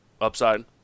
upside